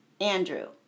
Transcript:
Andrew